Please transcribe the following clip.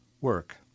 work